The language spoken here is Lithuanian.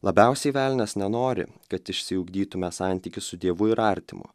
labiausiai velnias nenori kad išsiugdytume santykį su dievu ir artimu